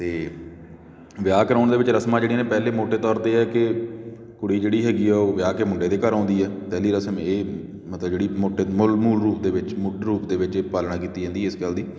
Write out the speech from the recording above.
ਅਤੇ ਵਿਆਹ ਕਰਾਉਣ ਦੇ ਵਿੱਚ ਰਸਮਾਂ ਜਿਹੜੀਆਂ ਨੇ ਪਹਿਲੇ ਮੋਟੇ ਤੌਰ 'ਤੇ ਇਹ ਹੈ ਕਿ ਕੁੜੀ ਜਿਹੜੀ ਹੈਗੀ ਆ ਉਹ ਵਿਆਹ ਕੇ ਮੁੰਡੇ ਦੇ ਘਰ ਆਉਂਦੀ ਆ ਪਹਿਲੀ ਰਸਮ ਇਹ ਮਤਲਬ ਜਿਹੜੀ ਮੋਟੇ ਮੁੱਲ ਮੂਲ ਰੂਪ ਦੇ ਵਿੱਚ ਮੁੱਢ ਰੂਪ ਦੇ ਵਿੱਚ ਇਹ ਪਾਲਣਾ ਕੀਤੀ ਜਾਂਦੀ ਹੈ ਇਸ ਗੱਲ ਦੀ